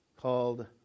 called